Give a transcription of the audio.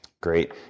Great